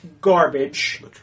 garbage